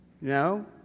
No